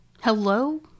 hello